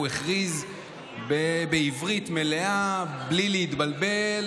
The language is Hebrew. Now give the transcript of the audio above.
הוא הכריז בעברית מלאה בלי להתבלבל